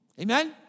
Amen